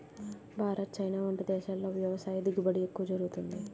Bharat, China వంటి దేశాల్లో వ్యవసాయ దిగుబడి ఎక్కువ జరుగుతుంది